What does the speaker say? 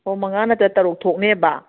ꯑꯣ ꯃꯉꯥ ꯅꯠꯇ꯭ꯔꯒ ꯇꯔꯨꯛ ꯊꯣꯛꯅꯦꯕ